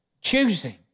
Choosing